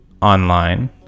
online